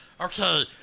Okay